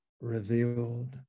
revealed